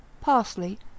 parsley